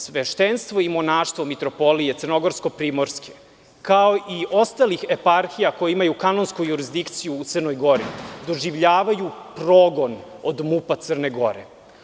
Sveštenstvo i monaštvo Mitropolije crnogorsko-primorske, kao i ostalih eparhija koje imaju kanonsku jurisdikciju u Crnoj Gori doživljavaju progon od MUP Crne Gore.